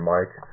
Mike